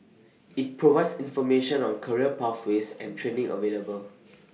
IT provides information on career pathways and training available